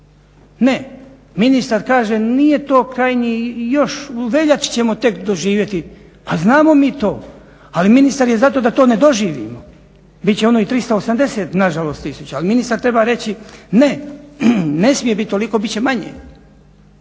Ne, ministar kaže nije to krajnji i još u veljači ćemo tek doživjeti a znamo mi to, ali ministar je za to da to ne doživimo. Bit će ono i 380 nažalost tisuća ali ministar treba reći ne, ne smije biti toliko, bit će manje.